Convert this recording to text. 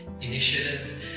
Initiative